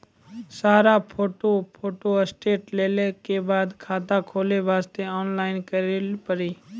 सारा photo photostat लेल के बाद खाता खोले वास्ते ऑनलाइन करिल पड़ी?